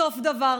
"סוף דבר